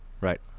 right